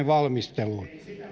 valmisteluun